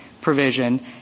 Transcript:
provision